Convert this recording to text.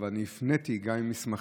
אבל אני הפניתי גם עם מסמכים